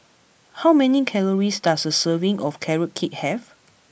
how many calories does a serving of Carrot Cake have